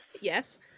Yes